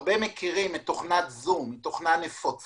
הרבה מכירים את תוכנת זום, היא תוכנה נפוצה